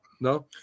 No